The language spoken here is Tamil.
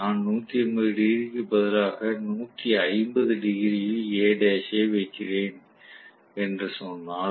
நான் 180 டிகிரிக்கு பதிலாக 150 டிகிரியில் A ஐ வைக்கிறேன் என்று சொன்னால்